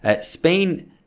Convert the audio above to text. Spain